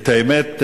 האמת,